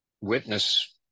witness